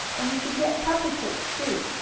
and you can get puppy cakes, too.